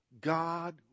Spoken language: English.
God